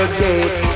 gate